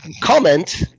comment